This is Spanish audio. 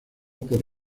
por